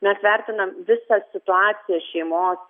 mes vertinam visą situaciją šeimos